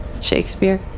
Shakespeare